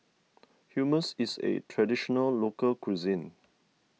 Hummus is a Traditional Local Cuisine